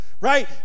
right